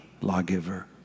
lawgiver